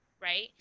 right